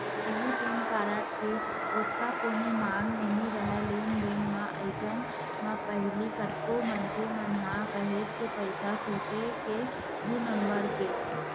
पहिली PAN card के ओतका कोनो मांग नइ राहय लेन देन म, अइसन म पहिली कतको मनखे मन ह काहेच के पइसा सोटे हे दू नंबर के